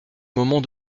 moment